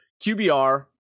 QBR